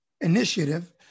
initiative